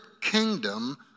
kingdom